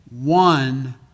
One